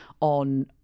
on